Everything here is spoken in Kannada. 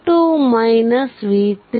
4